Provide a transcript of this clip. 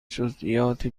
جزییات